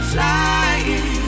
Flying